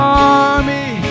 army